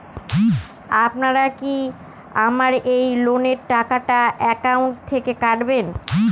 আপনারা কি আমার এই লোনের টাকাটা একাউন্ট থেকে কাটবেন?